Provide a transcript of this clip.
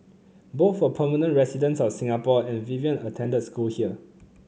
both were permanent residents of Singapore and Vivian attended school here